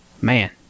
Man